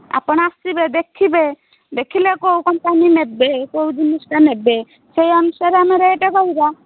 ଆପଣ ଆସିବେ ଦେଖିବେ ଦେଖିଲେ କେଉଁ କମ୍ପାନୀ ନେବେ କେଉଁ ଜିନିଷଟା ନେବେ ସେ ଅନୁସାରେ ଆମେ ରେଟ୍ କହିବା